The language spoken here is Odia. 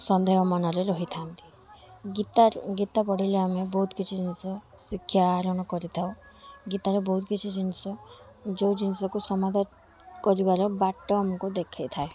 ସନ୍ଦେହ ମନରେ ରହିଥାନ୍ତି ଗୀତାରେ ଗୀତା ପଢ଼ିଲେ ଆମେ ବହୁତ କିଛି ଜିନିଷ ଶିକ୍ଷା ଆହରଣ କରିଥାଉ ଗୀତାରେ ବହୁତ କିଛି ଜିନିଷ ଯୋଉ ଜିନିଷକୁ ସମାଧାନ କରିବାର ବାଟ ଆମକୁ ଦେଖେଇଥାଏ